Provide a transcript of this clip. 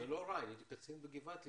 זה לא רע להיות קצין בגבעתי.